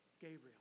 Gabriel